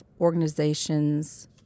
organizations